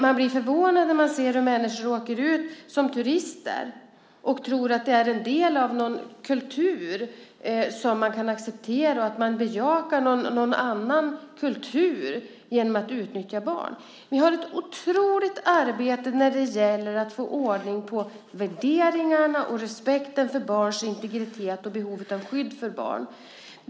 Man blir förvånad när man ser hur människor åker ut som turister och tror att detta är en del av någon kultur som kan accepteras, att de bejakar någon annan kultur genom att utnyttja barn. Vi har ett otroligt arbete när det gäller att få ordning på värderingarna, respekten för barns integritet och behovet av skydd för barn.